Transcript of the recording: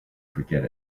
forget